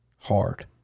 hard